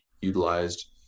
utilized